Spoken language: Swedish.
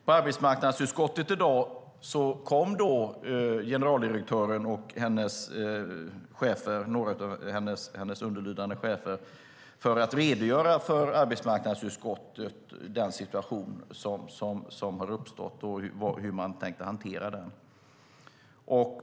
På arbetsmarknadsutskottets möte i dag kom generaldirektören och några av hennes underlydande chefer för att redogöra för arbetsmarknadsutskottet om den situation som har uppstått och hur man tänkt hantera den.